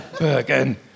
Bergen